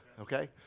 Okay